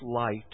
light